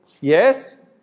Yes